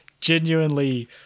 genuinely